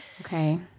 okay